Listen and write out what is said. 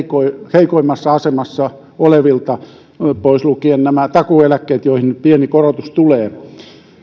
heikoimmassa asemassa olevilta pois lukien nämä takuueläkkeet joihin pieni korotus tulee